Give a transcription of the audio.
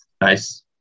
nice